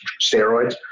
steroids